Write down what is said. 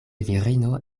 virino